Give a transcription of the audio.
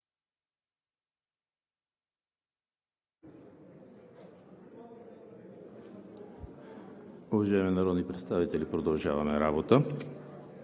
продължаваме работа.